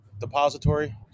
depository